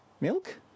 Milk